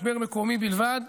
משבר מקומי בלבד,